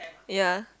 ya